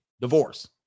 divorce